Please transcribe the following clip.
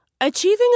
Achieving